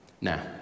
Now